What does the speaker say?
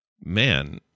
man